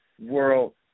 world